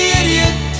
idiot